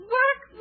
work